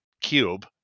cube